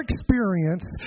experience